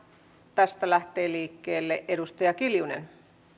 tästä lähtee liikkeelle edustaja kiljunen